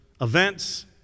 events